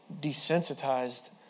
desensitized